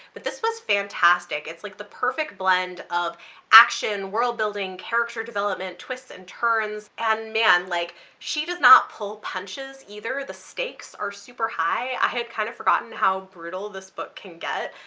but this was fantastic it's like the perfect blend of action, world building, character development, twists and turns. and man like she does not pull punches either. the stakes are super high. i had kind of forgotten how brutal this book can get,